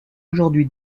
aujourd’hui